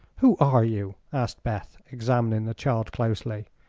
who are you? asked beth, examining the child closely.